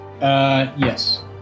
yes